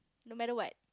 no matter what